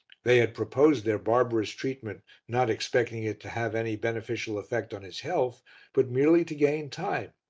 they had proposed their barbarous treatment not expecting it to have any beneficial effect on his health but merely to gain time,